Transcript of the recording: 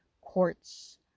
quartz